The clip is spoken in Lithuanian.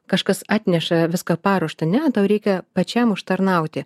kažkas atneša viską paruoštą ne tau reikia pačiam užtarnauti